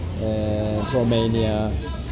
Romania